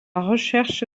recherche